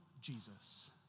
Jesus